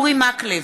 אורי מקלב,